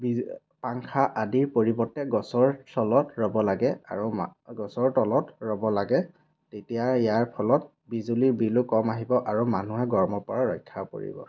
বিজু পাংখা আদিৰ পৰিৱৰ্তে গছৰ ছলত ৰ'ব লাগে আৰু মা গছৰ তলত ৰ'ব লাগে তেতিয়া ইয়াৰ ফলত বিজুলীৰ বিলো কম আহিব আৰু মানুহে গৰমৰ পৰাও ৰক্ষা পৰিব